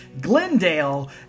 Glendale